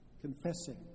confessing